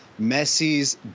Messi's